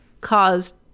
caused